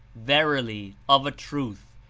verily, of a truth.